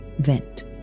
vent